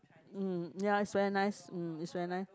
mm ya is very nice mm is very nice